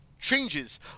changes